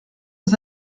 nos